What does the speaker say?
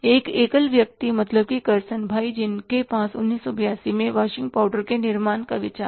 एक एकल व्यक्ति मतलब कि करसनभाई जिनके पास 1982 में वाशिंग पाउडर के निर्माण का विचार था